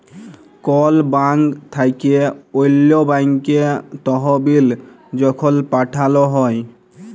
call bank থ্যাইকে অল্য ব্যাংকে তহবিল যখল পাঠাল হ্যয়